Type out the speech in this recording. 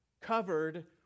covered